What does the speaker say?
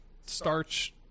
starch